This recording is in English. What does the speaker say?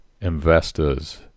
investors